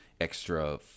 extra